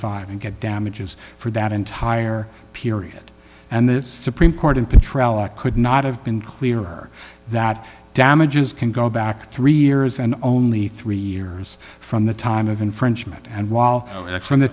five and get damages for that entire period and the supreme court and control act could not have been clearer that damages can go back three years and only three years from the time of infringement and while that's from the